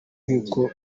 nk’uko